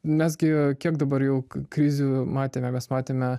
nes gi kiek dabar jau krizių matėme mes matėme